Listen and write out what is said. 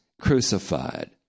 crucified